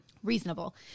reasonable